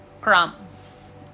crumbs